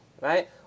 right